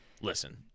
Listen